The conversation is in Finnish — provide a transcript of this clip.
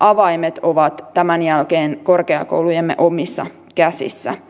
avaimet ovat tämän jälkeen korkeakoulujemme omissa käsissä